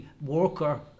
worker